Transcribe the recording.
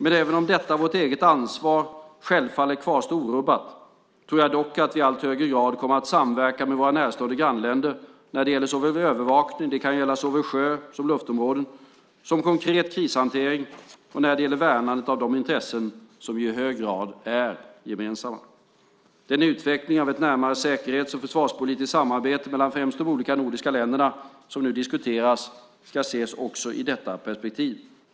Men även om detta vårt eget ansvar självfallet kvarstår orubbat tror jag dock att vi i allt högre grad kommer att samverka med våra närstående grannländer när det gäller såväl övervakning - det kan gälla såväl sjö som luftområden - som konkret krishantering och när det gäller värnandet av de intressen som ju i hög grad är gemensamma. Den utveckling av ett närmare säkerhets och försvarspolitiskt samarbete mellan främst de olika nordiska länderna som nu diskuteras ska ses också i detta perspektiv.